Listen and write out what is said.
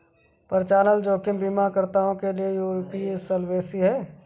परिचालन जोखिम बीमाकर्ताओं के लिए यूरोपीय सॉल्वेंसी है